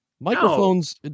Microphones